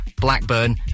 Blackburn